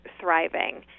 thriving